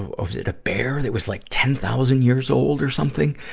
ah, was it a bear that was like ten thousand years old or something.